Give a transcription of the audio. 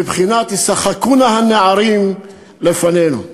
בבחינת ישחקו נא הנערים לפנינו.